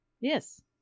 Yes